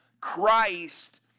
Christ